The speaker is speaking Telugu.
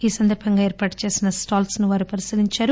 ఈ సందర్బంగా ఏర్పాటు చేసిన స్టాల్స్ ను వారు పరిశీలించారు